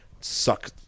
suck